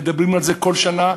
מדברים על זה בכל שנה.